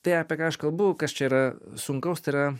tai apie ką aš kalbu kas čia yra sunkaus tai yra